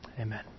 Amen